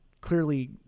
clearly